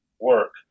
work